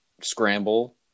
scramble